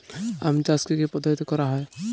আম চাষ কি কি পদ্ধতিতে করা হয়?